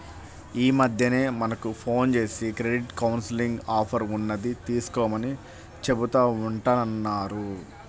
యీ మద్దెన మనకు ఫోన్ జేసి క్రెడిట్ కౌన్సిలింగ్ ఆఫర్ ఉన్నది తీసుకోమని చెబుతా ఉంటన్నారు